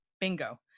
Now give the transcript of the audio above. Bingo